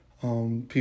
People